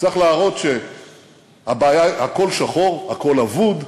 צריך להראות שהכול שחור, הכול אבוד,